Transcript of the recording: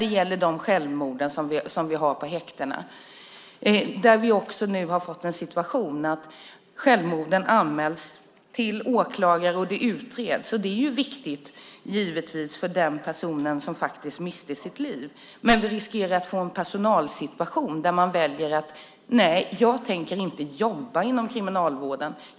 Det handlar om självmorden på häktena. Vi har nu en situation där självmorden anmäls till åklagare och utreds. Det är givetvis viktigt eftersom det gäller att en person faktiskt har mist sitt liv. Men vi riskerar att få en personalsituation där människor väljer att säga: Nej, jag tänker inte jobba inom Kriminalvården.